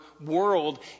world